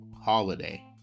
holiday